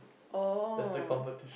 oh